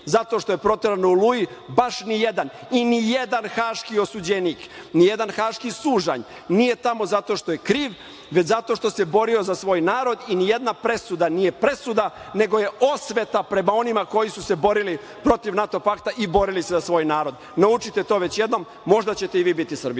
zato što je proteran u „Oluji“, baš nijedan. I nijedan haški osuđenik, nijedan haški sužanj nije tamo zato što je kriv, već zato što se borio za svoj narod i nijedna presuda nije presuda nego je osveta prema onima koji su se borili protiv NATO pakta i borili se za svoj narod. Naučite to već jednom. Možda ćete i vi biti Srbija.